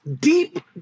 deep